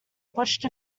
watched